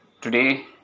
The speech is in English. today